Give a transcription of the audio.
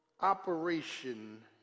operation